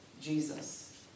Jesus